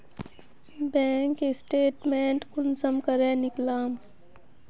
Bank statement कुंसम करे निकलाम?